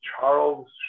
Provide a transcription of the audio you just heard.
Charles